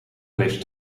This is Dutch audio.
leest